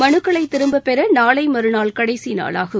மனுக்களை திரும்பப் பெற நாளை மறுநாள் கடைசி நாளாகும்